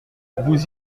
vous